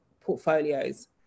portfolios